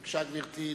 בבקשה, גברתי.